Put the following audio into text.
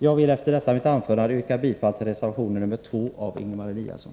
Jag vill efter detta mitt anförande yrka bifall till reservation nr 2 av Ingemar Eliasson.